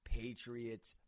Patriots